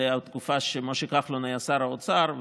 זה היה בתקופה שמשה כחלון היה שר האוצר,